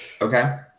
okay